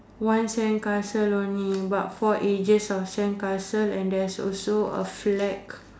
one sandcastle only but four edges of sandcastle and there's also a flag